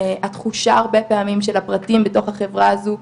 התחושה הרבה פעמים של הפרטים בתוך החברה הזו,